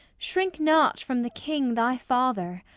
shrink not from the king, thy father.